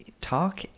talk